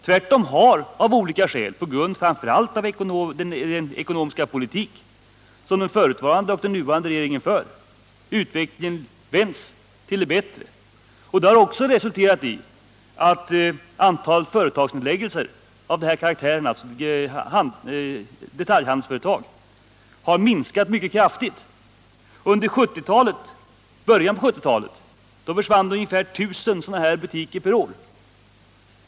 Tvärtom har av olika skäl, framför allt på grund av den ekonomiska politik som den förutvarande och den nuvarande regeringen fört, utvecklingen vänts till det bättre. Det har resulterat i att antalet nedlagda detaljhandelsföretag under de senaste åren minskat mycket kraftigt. I början på 1970-talet försvann ungefär 1 000 sådana butiker per år.